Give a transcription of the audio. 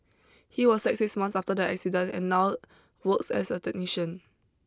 he was sacked six months after the incident and now works as a technician